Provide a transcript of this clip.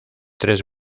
tres